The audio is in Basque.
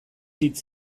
hitz